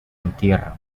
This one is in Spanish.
entierran